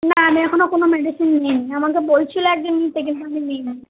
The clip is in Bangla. না আমি এখনও কোনো মেডিসিন নিই নি আমাকে বলছিলো একজন নিতে কিন্তু আমি নিই নি